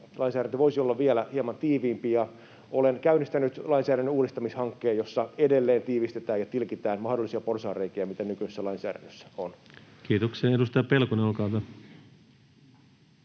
Lainsäädäntö voisi olla vielä hieman tiiviimpi, ja olen käynnistänyt lainsäädännön uudistamishankkeen, jossa edelleen tiivistetään ja tilkitään mahdollisia porsaanreikiä, mitä nykyisessä lainsäädännössä on. Kiitoksia. — Edustaja Pelkonen, olkaa hyvä.